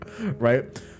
right